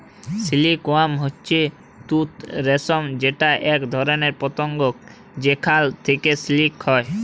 silk worm হচ্যে তুত রেশম যেটা এক ধরণের পতঙ্গ যেখাল থেক্যে সিল্ক হ্যয়